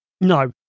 no